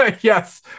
Yes